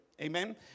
Amen